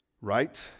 right